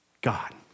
God